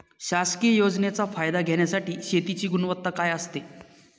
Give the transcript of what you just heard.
शासकीय योजनेचा फायदा घेण्यासाठी शेतीची गुणवत्ता काय असते?